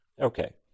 Okay